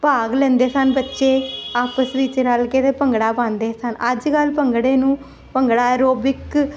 ਭਾਗ ਲੈਂਦੇ ਸਨ ਬੱਚੇ ਆਪਸ ਵਿੱਚ ਰਲ ਕੇ ਅਤੇ ਭੰਗੜਾ ਪਾਉਂਦੇ ਸਨ ਅੱਜ ਕੱਲ੍ਹ ਭੰਗੜੇ ਨੂੰ ਭੰਗੜਾ ਐਰੋਬਿਕ